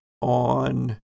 on